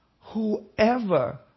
Whoever